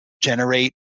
generate